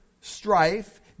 strife